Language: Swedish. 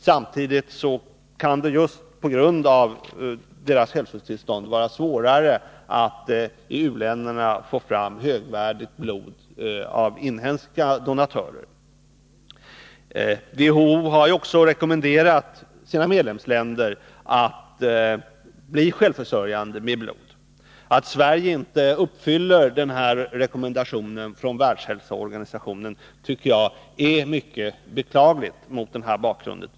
Samtidigt kan det just på grund av deras hälsotillstånd vara svårare för dem att få fram högvärdigt blod av inhemska donatörer. WHO har rekommenderat sina medlemsländer att bli självförsörjande med blod. Att Sverige inte uppfyller kravet enligt den rekommendationen från Världshälsoorganisationen tycker jag är mycket beklagligt mot den bakgrund jag har redovisat.